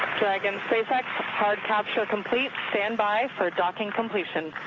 like and hard capture complete. stand by for docking completion.